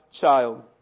child